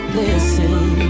listen